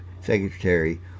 Secretary